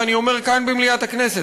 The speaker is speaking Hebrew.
ואני אומר כאן במליאת הכנסת,